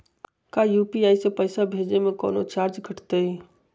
का यू.पी.आई से पैसा भेजे में कौनो चार्ज कटतई?